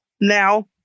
Now